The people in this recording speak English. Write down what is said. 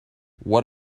what